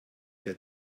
der